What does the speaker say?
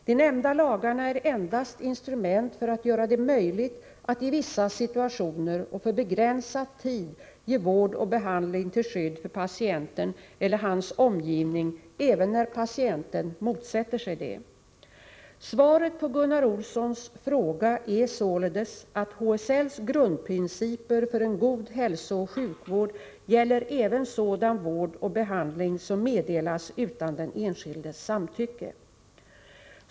De nämnda lagarna är endast instrument för att göra det möjligt att i vissa situationer och för begränsad tid ge vård och behandling till skydd för patienten eller hans omgivning även när patienten motsätter sig det. Svaret på Gunnar Olssons fråga är således att HSL:s grundprinciper för en god hälsooch sjukvård gäller även sådan vård och behandling som meddelas utan den enskildes samtycke.